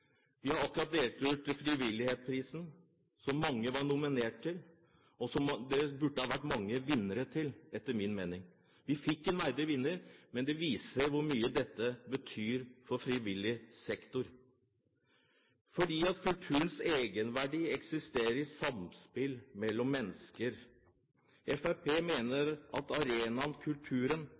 Vi har akkurat delt ut Frivillighetsprisen, som mange var nominert til, og som det burde ha vært mange vinnere til, etter min mening. Vi fikk en verdig vinner. Det viser hvor mye frivillig sektor betyr. Kulturens egenverdi eksisterer i samspillet mellom mennesker. Fremskrittspartiet mener at arenaen kulturen